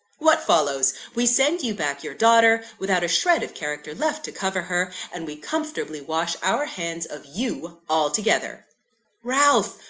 what follows? we send you back your daughter, without a shred of character left to cover her and we comfortably wash our hands of you altogether ralph!